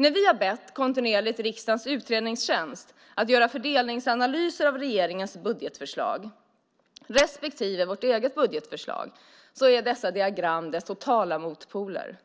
När vi har bett riksdagens utredningstjänst att kontinuerligt göra fördelningsanalyser av regeringens budgetförslag respektive vårt eget budgetförslag är dessa diagram totala motpoler.